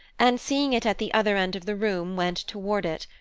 and seeing it at the other end of the room went toward it,